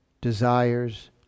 desires